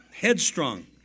Headstrong